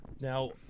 Now